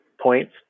points